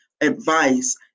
advice